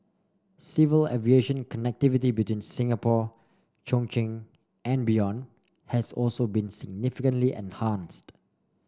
civil aviation connectivity between Singapore Chongqing and beyond has also been significantly and enhanced